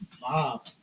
Bob